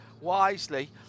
wisely